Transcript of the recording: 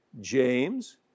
James